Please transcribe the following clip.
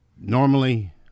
normally